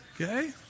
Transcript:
Okay